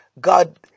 God